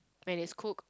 when it's cook